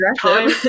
time